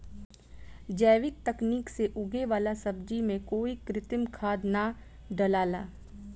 जैविक तकनीक से उगे वाला सब्जी में कोई कृत्रिम खाद ना डलाला